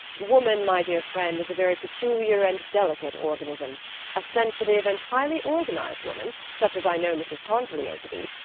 woman, my dear friend, is a very peculiar and delicate organism a sensitive and highly organized woman, such as i know mrs. pontellier to be,